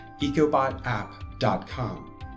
ecobotapp.com